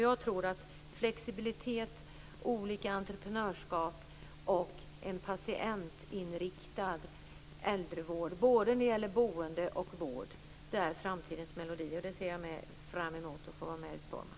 Jag tror alltså att flexibilitet, olika entreprenörskap och en patientinriktad äldrevård både när det gäller boende och när det gäller vård är framtidens melodi. Det ser jag fram emot att få vara med om att utforma.